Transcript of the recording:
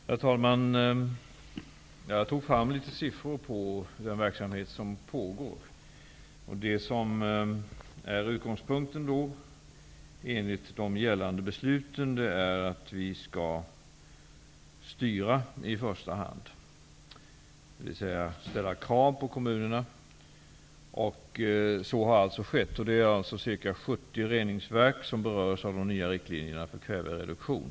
Herr talman! Jag tog fram litet siffror för den verksamhet som pågår. Utgångspunkten, enligt de gällande besluten, är att vi skall styra i första hand, dvs. ställa krav på kommunerna. Så har också skett. Det är ca 70 reningsverk som berörs av de nya riktlinjerna för krävereduktion.